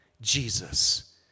Jesus